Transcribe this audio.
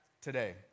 today